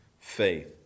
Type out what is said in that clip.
faith